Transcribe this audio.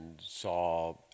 saw